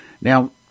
Now